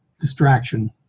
distraction